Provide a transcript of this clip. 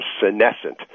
senescent